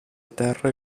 terre